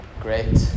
great